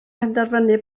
penderfynu